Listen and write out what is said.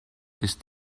ist